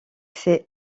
ses